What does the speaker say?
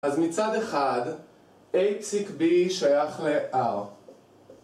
אז מצד אחד, A,B שייך ל-R